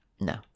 No